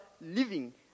living